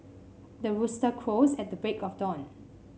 the rooster crows at the break of dawn